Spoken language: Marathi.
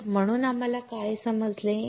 तर म्हणून आम्हाला काय समजले